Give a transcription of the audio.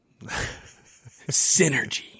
Synergy